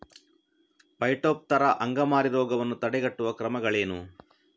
Phytophthora ಅಂಗಮಾರಿ ರೋಗವನ್ನು ತಡೆಗಟ್ಟುವ ಕ್ರಮಗಳೇನು?